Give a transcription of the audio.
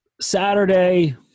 Saturday